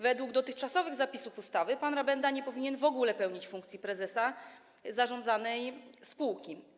Według dotychczasowych zapisów ustawy pan Rabenda nie powinien w ogóle pełnić funkcji prezesa zarządzanej spółki.